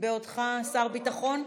בעודך שר ביטחון?